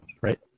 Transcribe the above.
right